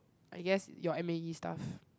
I guess your m_a_e stuff